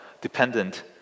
dependent